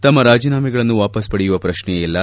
ತಮ್ಮ ರಾಜೀನಾಮೆಗಳನ್ನು ವಾಪಸ್ ಪಡೆಯುವ ಪ್ರಶ್ನೆಯೇ ಇಲ್ಲ